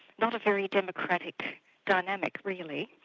not a very democratic dynamic really.